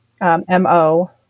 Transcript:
M-O